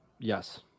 Yes